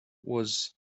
was